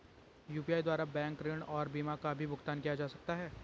UPI द्वारा bank ऋण और बीमा का भी भुगतान किया जा सकता है?